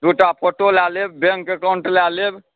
दूटा फोटो लऽ लेब बैंक अकाउण्ट लऽ लेब